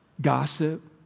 gossip